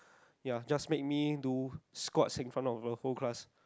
ya just make me do squat in front of the whole class